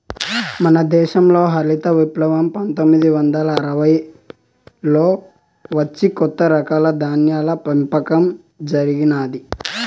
మన దేశంల హరిత విప్లవం పందొమ్మిది వందల అరవైలలో వచ్చి కొత్త రకాల ధాన్యాల పెంపకం జరిగినాది